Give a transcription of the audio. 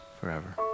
forever